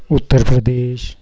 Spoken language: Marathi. उत्तर प्रदेश